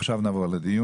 עכשיו נעבור לדיון.